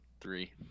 three